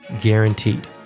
guaranteed